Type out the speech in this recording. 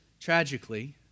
Tragically